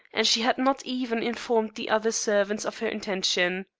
and she had not even informed the other servants of her intention.